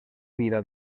vida